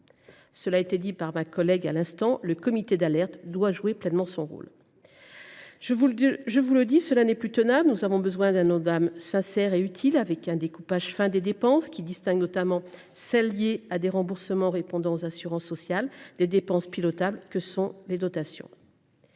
des acteurs du médico social. Le comité d’alerte doit jouer pleinement son rôle ! Je vous le dis, cela n’est plus tenable : nous avons besoin d’un Ondam sincère et utile, avec un découpage fin des dépenses, qui distingue notamment celles qui sont liées à des remboursements répondant aux assurances sociales des dépenses pilotables que sont les dotations.